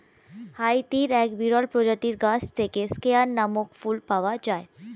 হাইতির এক বিরল প্রজাতির গাছ থেকে স্কেয়ান নামক ফুল পাওয়া যায়